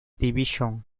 división